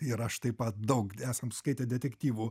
ir aš taip pat daug esam skaitę detektyvų